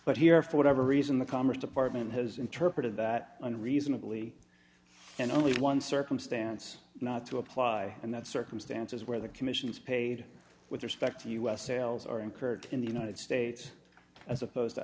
but here for whatever reason the commerce department has interpreted that unreasonably and only one circumstance not to apply and that circumstances where the commissions paid with respect to u s sales are incurred in the united states as opposed to